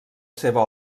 seva